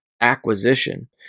acquisition